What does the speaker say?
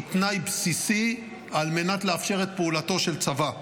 היא תנאי בסיסי על מנת לאפשר את פעולתו של צבא.